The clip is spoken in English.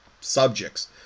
subjects